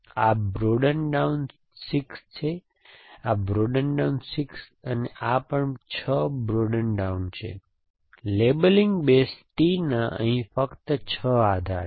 આ બ્રોડન ડાઉન 6 છે આ બ્રોડન ડાઉન 6 છે અને આ પણ 6 બ્રોડન ડાઉન છે લેબલિંગ બેઝ T ના અહીં ફક્ત 6 આધાર છે